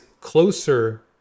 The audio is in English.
closer